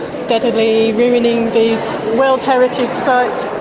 steadily ruining these world heritage site